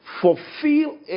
fulfill